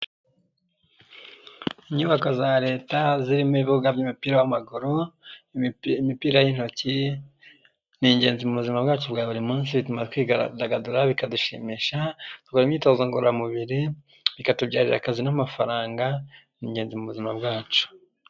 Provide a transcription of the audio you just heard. Inyubako za Leta zirimo ibibuga by'umupira w'amaguru, imipira y'intoki, ni ingenzi mu buzima bwacu bwa buri munsi bituma twidagadura bikadushimisha, dukora imyitozo ngororamubiri, bikatubyarira akazi n'amafaranga, ni ngenzi mu buzima bwacu.